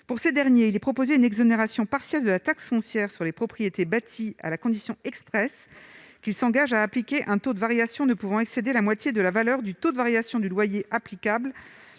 pour ces derniers, il est proposé une exonération partielle de la taxe foncière sur les propriétés bâties à la condition expresse qu'ils s'engagent à appliquer un taux de variation ne pouvant excéder la moitié de la valeur du taux de variation du loyers applicables